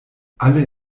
alle